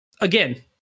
again